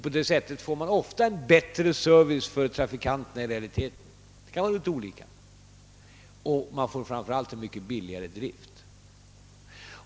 På det sättet får man i realiteten ofta en bättre service för trafikanterna — det kan vara litet olika — och framför allt en mycket billigare drift.